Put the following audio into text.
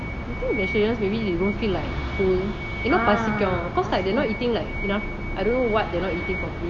I think vegetarians maybe you don't feel like full you know இன்னும் பசிக்கும்:inum pasikum cause they not eating like enought I don't know what they're not eating properly but